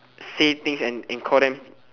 say things and and call them